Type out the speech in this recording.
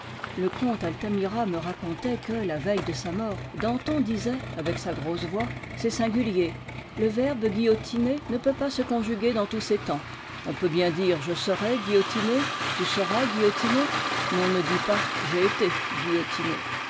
disait avec sa grosse voix c'est singulier le verbe guillotiner ne peut pas se conjuguer dans tous ses temps on peut bien dire je serai guillotiné tu seras guillotiné mais on ne dit pas j'ai été guillotiné